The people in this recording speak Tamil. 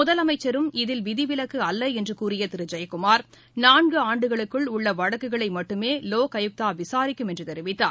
முதலமைச்சரும் இதில் விதிவிலக்கு அல்ல என்று கூறிய திரு ஜெயக்குமார் நான்கு ஆண்டுகளுக்குள் உள்ள வழக்குகளை மட்டுமே லோக் ஆயுக்தா விசாரிக்கும் என்று தெரிவித்தார்